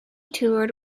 toured